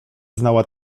znała